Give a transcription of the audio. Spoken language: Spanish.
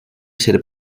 ser